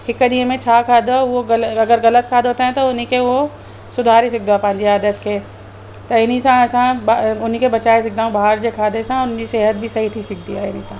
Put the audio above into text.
हिक ॾींहं में छा खाधो आहे उहो ग़लति अगरि ग़लति खाधो आहे त उन खे उहो सुधारे सघंदो आहे पंहिंजी आदत खे त इन सां असां उन खे बचाए सघंदा आहियूं ॿाहिरि जे खाधे सां उन जी सिहत बि सही थी सघंदी आहे हिन सां